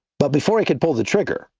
but before he could pull the trigger,